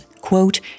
quote